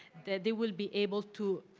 that they will be able to